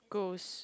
ghost